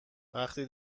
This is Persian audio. وقتی